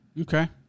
Okay